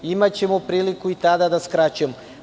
Imaćemo priliku i tada da skraćujemo.